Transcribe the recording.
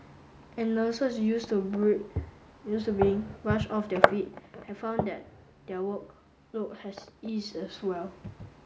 and nurses used to bring used to being rushed off their feet have found that their workload has eased as well